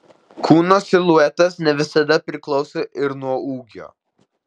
kūno siluetas ne visada priklauso ir nuo ūgio